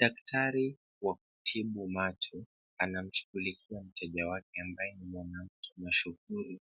Daktari wa kutibu macho anamshughulikia mteja wake ambaye ni mwanamke mashuhuri